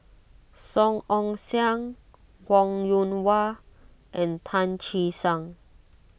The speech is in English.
Song Ong Siang Wong Yoon Wah and Tan Che Sang